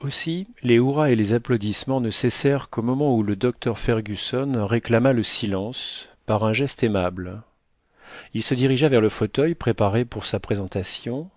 aussi les hourras et les applaudissements ne cessèrent qu'au moment où le docteur fergusson réclama le silence par un geste aimable il se dirigea vers le fauteuil préparé pour sa présentation